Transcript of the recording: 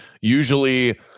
usually